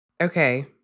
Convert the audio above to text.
Okay